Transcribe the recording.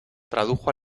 tradujo